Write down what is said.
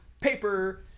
Paper